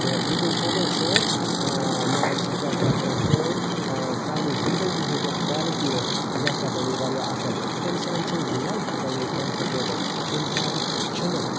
تہٕ یہِ گٔے امے سۭتۍ مان ژٕ کیاہ چھِ اتھ وَنان سٲنٛۍ سانہِ زِندَگی ہٕنٛز یۄس کالٹی ٲسۍ یہِ ہَسا بَنے واریاہ اصل اِنسان سٕنٛز لایف بَنے کَمفٲٹیبل اِنسان چھُ نہٕ